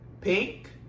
Pink